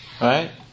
right